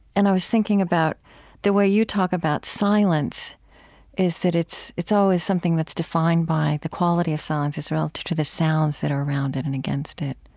and i was thinking about the way you talk about silence is that it's it's always something that's defined by the quality of silence as relative to the sounds that are around it and against it